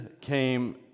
came